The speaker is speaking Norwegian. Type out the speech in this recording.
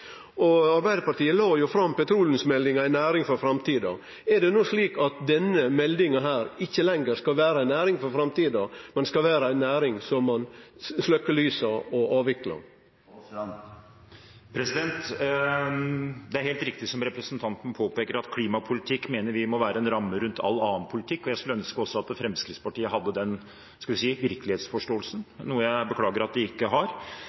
framtida». Er det no slik at denne næringa ikkje lenger skal vere ei næring for framtida, men skal vere ei næring der ein sløkkjer lyset og avviklar? Det er helt riktig som representanten påpeker, at vi mener klimapolitikk må være en ramme rundt all annen politikk. Jeg skulle ønske at også Fremskrittspartiet hadde den virkelighetsforståelsen, noe jeg beklager at de ikke har.